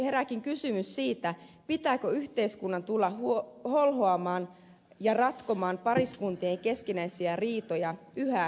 herääkin kysymys siitä pitääkö yhteiskunnan tulla holhoamaan ja ratkomaan pariskuntien keskinäisiä riitoja yhä ensisijaisemmin